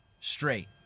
straight